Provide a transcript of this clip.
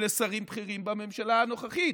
אלה שרים בכירים בממשלה הנוכחית.